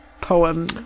poem